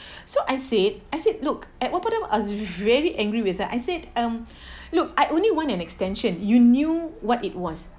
so I said I said look at what point of time I was very angry with them I said um look I only want an extension you knew what it was